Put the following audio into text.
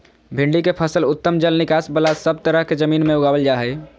भिंडी के फसल उत्तम जल निकास बला सब तरह के जमीन में उगावल जा हई